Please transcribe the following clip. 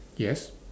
yes